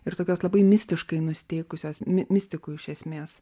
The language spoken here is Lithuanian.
ir tokios labai mistiškai nusiteikusios mistikų iš esmės